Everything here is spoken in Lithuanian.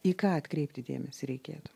į ką atkreipti dėmesį reikėtų